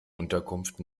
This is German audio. unterkunft